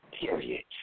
period